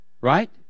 Right